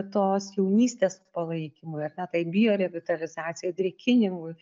tos jaunystės palaikymui ar ne tai biorevitalizacijai drėkinimui